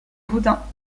boudin